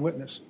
witness